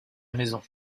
maison